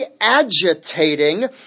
agitating